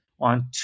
on